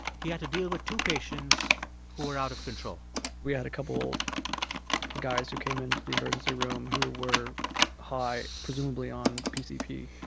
he had to deal with two patients who were out of control we had a couple guys who came into the emergency room who were high, presumably on pcp.